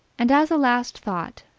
and as a last thought,